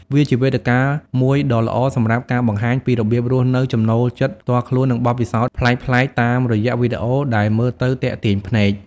វាជាវេទិកាមួយដ៏ល្អសម្រាប់ការបង្ហាញពីរបៀបរស់នៅ ចំណូលចិត្តផ្ទាល់ខ្លួន និងបទពិសោធន៍ប្លែកៗតាមរយៈរូបភាពដែលមើលទៅទាក់ទាញភ្នែក។